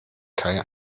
kai